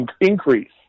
increase